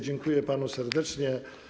Dziękuję panu serdecznie.